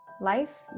life